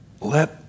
let